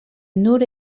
nur